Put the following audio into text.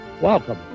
welcome